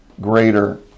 greater